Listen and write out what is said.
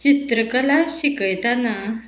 चित्रकला शिकयताना